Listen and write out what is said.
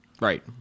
right